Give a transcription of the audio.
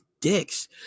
dicks